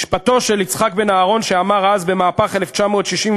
משפטו של יצחק בן-אהרון, שאמר אז, במהפך 1977,